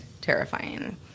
terrifying